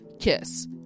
kiss